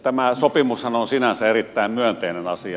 tämä sopimushan on sinänsä erittäin myönteinen asia